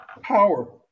Power